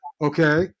okay